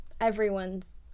everyone's